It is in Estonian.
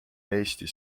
eesti